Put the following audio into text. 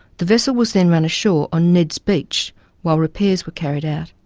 the vessel was then run ashore on ned's beach while repairs were carried out.